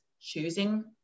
choosing